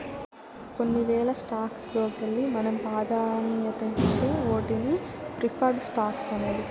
కొన్ని వేల స్టాక్స్ లోకెల్లి మనం పాదాన్యతిచ్చే ఓటినే ప్రిఫర్డ్ స్టాక్స్ అనేది